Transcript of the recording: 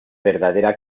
verdadera